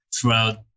throughout